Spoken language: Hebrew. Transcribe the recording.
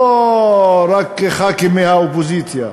לא רק חברי כנסת מהאופוזיציה,